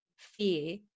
fear